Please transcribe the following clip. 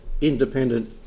independent